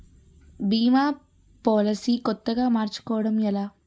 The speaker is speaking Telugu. భీమా పోలసీ కొత్తగా మార్చుకోవడం ఎలా?